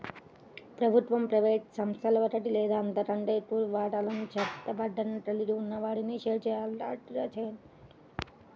ప్రభుత్వ, ప్రైవేట్ సంస్థలో ఒకటి లేదా అంతకంటే ఎక్కువ వాటాలను చట్టబద్ధంగా కలిగి ఉన్న వారిని షేర్ హోల్డర్ అంటారు